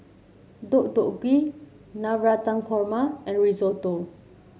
Deodeok Gui Navratan Korma and Risotto